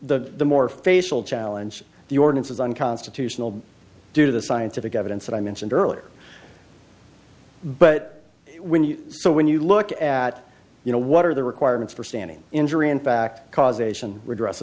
the more facial challenge the ordinance is unconstitutional due to the scientific evidence that i mentioned earlier but when you so when you look at you know what are the requirements for standing injury and backed causation redress